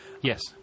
Yes